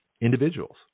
individuals